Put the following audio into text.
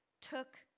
took